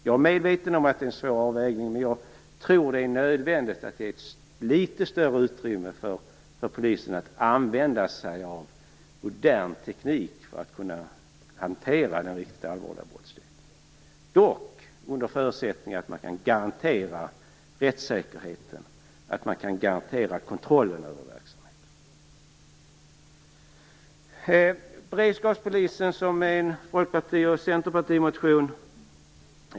Jag är medveten om att det är en svår avvägning, men jag tror att det är nödvändigt att ge ett något större utrymme för polisen att använda sig av modern teknik för att kunna hantera den riktigt allvarliga brottsligheten. Det måste dock ske under förutsättning att man kan garantera rättssäkerheten och kontrollen över verksamheten. Det finns en motion från Folkpartiet och Centerpartiet om beredskapspoliser.